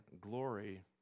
glory